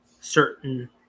certain